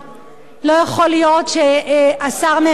לא יכול להיות שהשר נאמן יעמוד